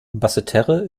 basseterre